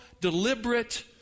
deliberate